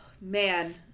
man